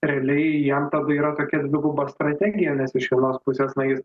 realiai jam tada yra tokia dviguba strategija nes iš vienos pusės na jis